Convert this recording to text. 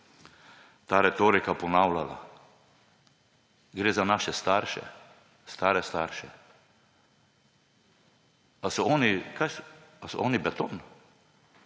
ta retorika ponavljala. Gre za naše starše, stare starše. Ali so oni beton?